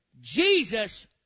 Jesus